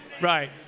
Right